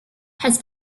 hess